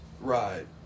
Right